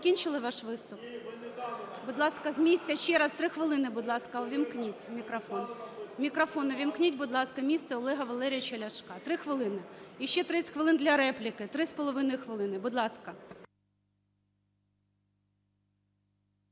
закінчили ваш виступ? Будь ласка, з місця ще раз. Три хвилини, будь ласка. Увімкніть мікрофон. Мікрофон увімкніть, будь ласка, місце Олега Валерійовича Ляшка. Три хвилини. І ще 30 хвилин для репліки. 3,5 хвилини. Будь ласка.